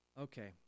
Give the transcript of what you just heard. Okay